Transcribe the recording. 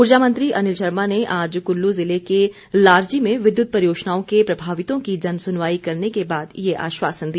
ऊर्जा मंत्री अनिल शर्मा ने आज कुल्लू ज़िले के लारजी में विद्यत परियोजनाओं के प्रभावितों की जन सुनवाई करने के बाद ये आश्वासन दिया